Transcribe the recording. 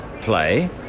play